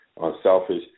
unselfish